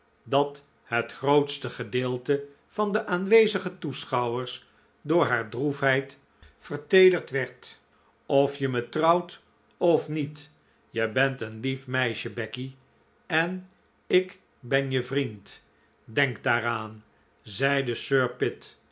dat het grootste gedeelte van de aanwezige toeschouwers door haar droefheid verteederd werd of je me trouwt of niet je bent een lief meisje becky en ik ben je vriend denk daaraan zeide sir pitt